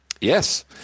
yes